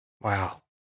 Wow